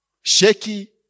Shaky